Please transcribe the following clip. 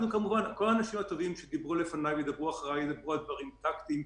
כל האנשים הטובים שדיברו לפניי וידברו אחריי ידברו על דברים פרקטיים.